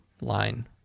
line